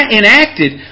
enacted